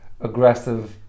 aggressive